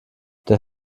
der